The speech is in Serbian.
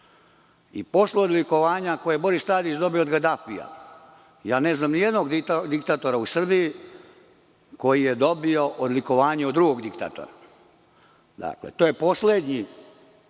Posle odlikovanja koje je Boris Tadić dobio od Gadafija, ne znam ni jednog diktatora u Srbiji koji je dobio odlikovanje od drugog diktatora. To je poslednji